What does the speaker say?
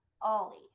ollie